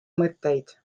mõtteid